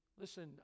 Listen